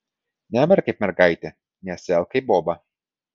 neverk kaip mergaitė nesielk kaip boba